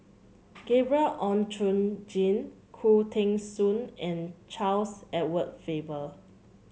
Gabriel Oon Chong Jin Khoo Teng Soon and Charles Edward Faber